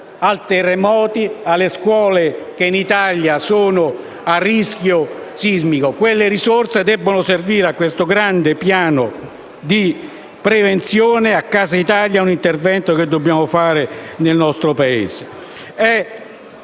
ai terremoti, alle scuole che in Italia sono a rischio sismico. Quelle risorse devono servire al grande piano di prevenzione Casa Italia, all'intervento che dobbiamo fare nel nostro Paese.